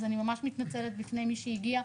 אז אני ממש מתנצלת בפני מי שהגיע,